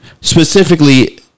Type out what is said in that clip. specifically